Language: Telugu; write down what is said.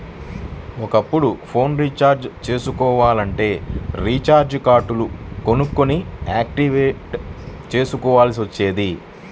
ఒకప్పుడు ఫోన్ రీచార్జి చేసుకోవాలంటే రీచార్జి కార్డులు కొనుక్కొని యాక్టివేట్ చేసుకోవాల్సి వచ్చేది